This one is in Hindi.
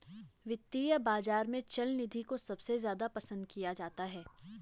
वित्तीय बाजार में चल निधि को सबसे ज्यादा पसन्द किया जाता है